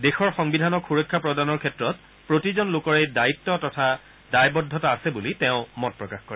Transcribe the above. দেশৰ সংবিধানক সুৰক্ষা প্ৰদানৰ ক্ষেত্ৰত প্ৰতিজন লোকৰেই দায়িত্ব তথা দায়বদ্ধতা আছে বুলি তেওঁ মত প্ৰকাশ কৰে